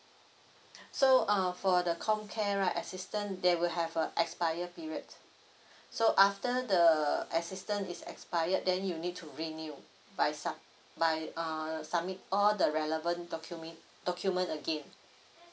so uh for the comm care right assistant they will have a expire period so after the assistant is expired then you need to renew by some by uh submit all the relevant document document again